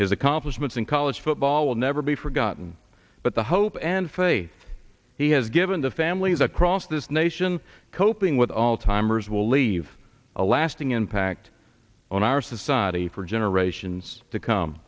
his accomplishments in college football will never be forgotten but the hope and faith he has given to families across this nation coping with alzheimer's will leave a lasting impact on our society for generations to come